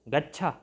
गच्छ